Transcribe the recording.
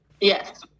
yes